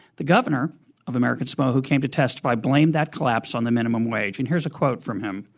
the governor of american samoa who came to testify blamed that collapse on the minimum wage. and here's a quote from him,